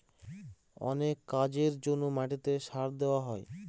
অনেক কাজের জন্য মাটিতে সার দেওয়া হয়